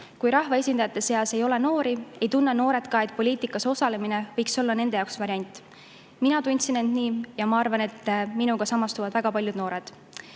Kui rahvaesindajate seas ei ole noori, ei tunne ka noored, et poliitikas osalemine võiks olla nende jaoks variant. Mina tundsin end nii ja ma arvan, et minuga samastuvad väga paljud noored.